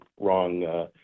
wrong